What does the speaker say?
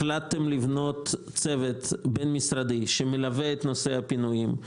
החלטנו לבנות צוות בין משרדי שמלווה את נושא הפינויים,